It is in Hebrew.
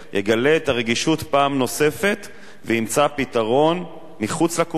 יגלה את הרגישות פעם נוספת וימצא פתרון מחוץ לקופסה,